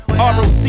ROC